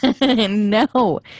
no